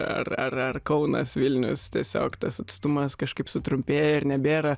ar ar ar kaunas vilnius tiesiog tas atstumas kažkaip sutrumpėja ir nebėra